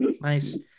Nice